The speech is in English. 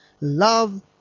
love